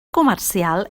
comercial